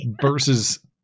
Versus